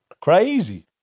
crazy